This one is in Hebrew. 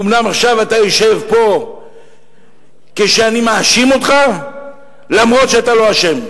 אומנם עכשיו אתה יושב פה כשאני מאשים אותך למרות שאתה לא אשם,